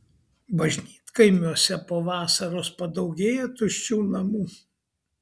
bažnytkaimiuose po vasaros padaugėja tuščių namų